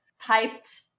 typed